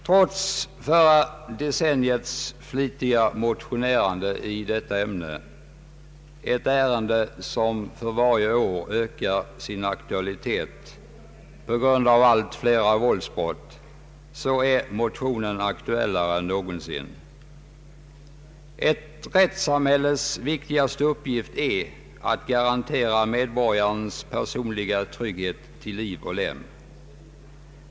Trots förra decenniets flitiga motionerande i detta ärende — ett ärende som varje år får ökad aktualitet på grund av ökningen av antalet våldsbrott — är motionen nu aktuellare än någonsin. Ett rättssamhälles viktigaste uppgift är att garantera medborgarens personliga frihet till liv och lem.